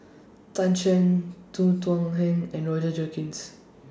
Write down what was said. Tan Shen Tan Thuan Heng and Roger Jenkins